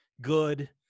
good